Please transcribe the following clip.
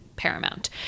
paramount